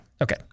Okay